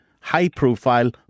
high-profile